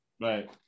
Right